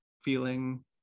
feeling